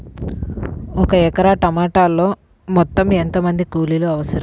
ఒక ఎకరా టమాటలో మొత్తం ఎంత మంది కూలీలు అవసరం?